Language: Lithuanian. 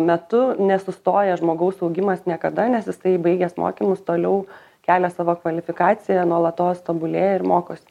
metu nesustoja žmogaus augimas niekada nes jisai baigęs mokymus toliau kelia savo kvalifikaciją nuolatos tobulėja ir mokosi